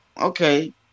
okay